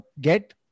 get